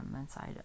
inside